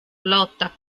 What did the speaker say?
lotta